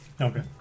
Okay